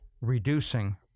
reducing